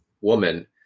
woman